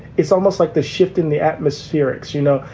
it's almost like the shift in the atmospherics. you know,